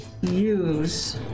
use